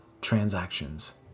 transactions